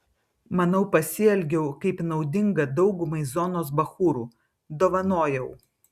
manau pasielgiau kaip naudinga daugumai zonos bachūrų dovanojau